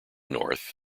north